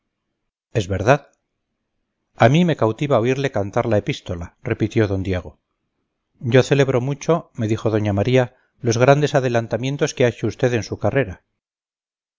es verdad a mí me cautiva oírle cantar la epístola repitió d diego yo celebro mucho me dijo doña maría los grandes adelantamientos que ha hecho usted en su carrera